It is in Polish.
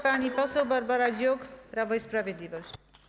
Pani poseł Barbara Dziuk, Prawo i Sprawiedliwość.